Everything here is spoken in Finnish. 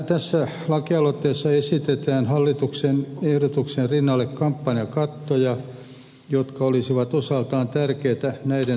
tässä lakialoitteessa esitetään hallituksen ehdotuksen rinnalle kampanjakattoja jotka olisivat osaltaan tärkeitä näiden tavoitteiden toteuttamisessa